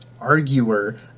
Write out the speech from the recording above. arguer